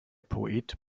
poet